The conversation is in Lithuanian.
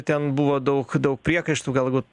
ten buvo daug daug priekaištų galbūt